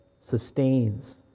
sustains